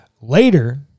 later